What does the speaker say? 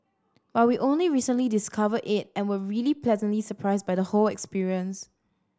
but we only recently discovered it and were really pleasantly surprised by the whole experience